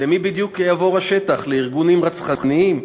למי בדיוק יעבור השטח, לארגונים רצחניים?